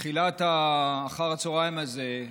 בתחילת אחר הצוהריים הזה,